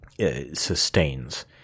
Sustains